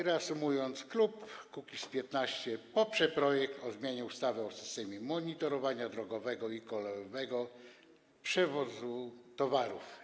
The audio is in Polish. Reasumując, klub Kukiz’15 poprze projekt ustawy o zmianie ustawy o systemie monitorowania drogowego i kolejowego przewozu towarów.